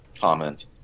comment